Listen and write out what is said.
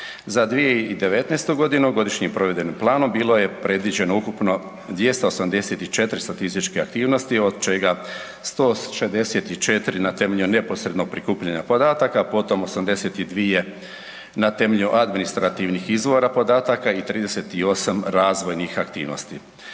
Za 2019. godinu godišnjim provedbenim planom bilo je predviđeno ukupno 284 statističke aktivnosti od čega 164 na temelju neposrednog prikupljanja podataka potom 82 na temelju administrativnih izvora podataka i 38 razvojnih aktivnosti.